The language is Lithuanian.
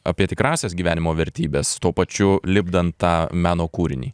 apie tikrąsias gyvenimo vertybes tuo pačiu lipdant tą meno kūrinį